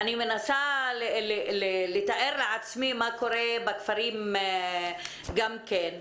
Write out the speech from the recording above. אני מנסה לתאר לעצמי מה קורה בכפרים גם כן.